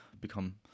become